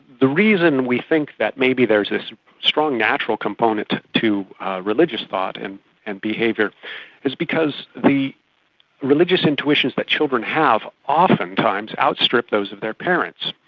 the reason we think that maybe there's this strong natural component to religious thought and and behaviour is because the religious intuitions that children have oftentimes outstrip those of their parents.